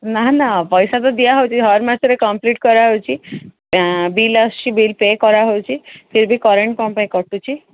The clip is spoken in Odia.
ନା ନା ପଇସା ତ ଦିଆହେଉଛି ସବୁ ମାସରେ କମ୍ପ୍ଲିଟ୍ କରାହେଉଛି ବିଲ୍ ଆସୁଛି ବିଲ୍ ପେ କରାହେଉଚି ତଥାପି ବି କରେଣ୍ଟ କ'ଣ ପାଇଁ କଟୁଛି